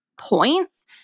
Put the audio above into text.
points